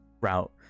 route